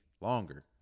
longer